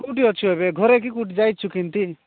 କୋଉଠି ଅଛୁ ଏବେ ଘରେ କୋଉଠି ଯାଇଛୁ କେମିତି